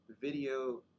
video